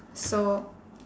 so